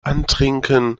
antrinken